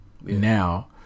now